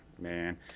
man